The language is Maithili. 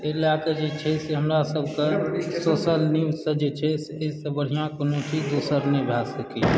एहिलऽ कऽ जे छै से हमरा सभकऽ सोशल न्यूजसँ जे छै से बढ़िआँ कोनो अथी दोसर नहि भए सकयए